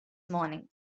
morning